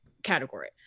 category